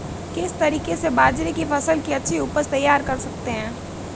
किस तरीके से बाजरे की फसल की अच्छी उपज तैयार कर सकते हैं?